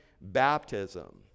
baptism